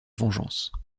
vengeance